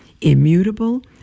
immutable